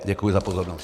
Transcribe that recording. Děkuji za pozornost.